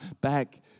back